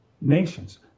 nations